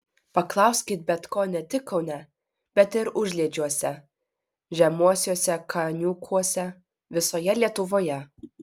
paklauskit bet ko ne tik kaune bet ir užliedžiuose žemuosiuose kaniūkuose visoje lietuvoje